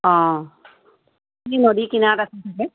অঁ কি নদী কিনাৰত আছে